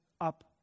up